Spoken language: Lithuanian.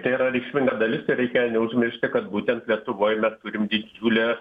tai yra reikšminga dalis ir reikia neužmiršti kad būtent lietuvoj mes turim didžiulę